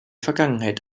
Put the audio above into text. vergangenheit